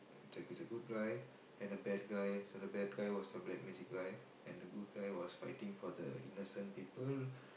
it it's a good guy and a bad guy so the bad guy was fighting the good guy and the good guy was fighting for the innocent people